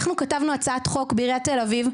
אנחנו כתבנו הצעת חוק בעיריית תל אביב,